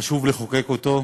וחשוב לחוקק אותו.